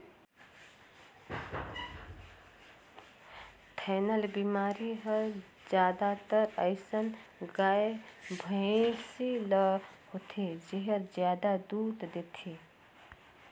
थनैल बेमारी हर जादातर अइसन गाय, भइसी ल होथे जेहर जादा दूद देथे